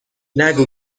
نگو